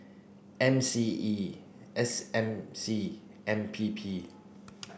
M C E S M C and P P